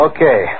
Okay